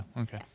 Okay